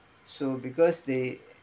so because they